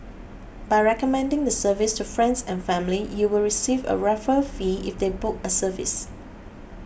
by recommending the service to friends and family you will receive a referral fee if they book a service